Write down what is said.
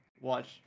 Watch